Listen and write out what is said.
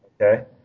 Okay